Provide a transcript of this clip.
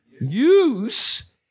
Use